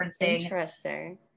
Interesting